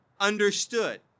understood